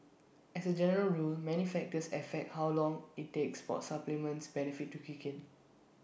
as A general rule many factors affect how long IT takes for A supplement's benefits to kick in